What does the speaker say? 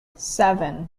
seven